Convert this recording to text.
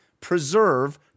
preserve